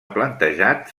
plantejat